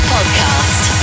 Podcast